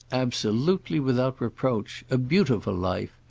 absolutely without reproach. a beautiful life.